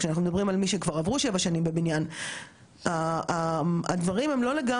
הדברים הם לא לגמרי ברורים וסדורים,